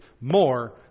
more